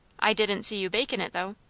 i didn't see you bakin' it, though.